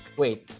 wait